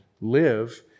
live